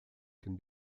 can